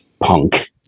Punk